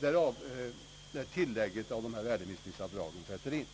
läge där tilllägget av värdeminskningsavdragen sätts in.